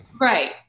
right